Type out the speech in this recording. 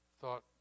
thought